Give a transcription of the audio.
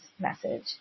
message